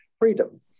freedom